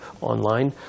online